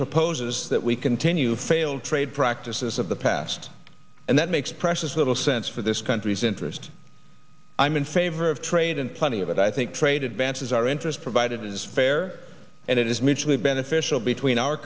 proposes that we continue failed trade practices of the past and that makes precious little sense for this country's interest i'm in favor of trade and plenty of it i think trade advances our interest provided it is fair and it is mutually beneficial between our